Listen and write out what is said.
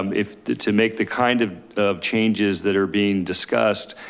um if to make the kind of of changes that are being discussed,